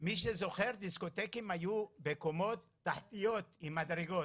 מי שזוכר דיסקוטקים היו בקומות תחתיות עם מדרגות,